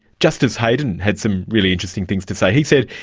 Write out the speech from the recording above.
justice heydon had some really interesting things to say. he said,